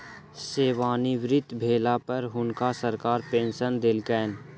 सेवानिवृत भेला पर हुनका सरकार पेंशन देलकैन